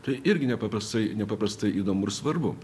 tai irgi nepaprastai nepaprastai įdomu ir svarbu